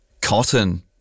cotton